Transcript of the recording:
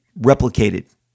replicated